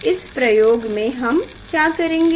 इस प्रयोग में हम क्या करेंगें